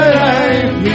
life